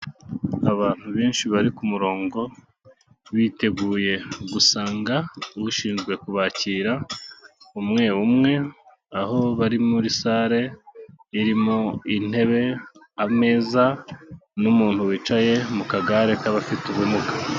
Abantu benshi bari ku murongo biteguye gusanga ushinzwe kubakira umwe umwe, aho bari muri sale irimo intebe, ameza n'umuntu wicaye mu kagare k'abafite ubumuga.